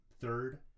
third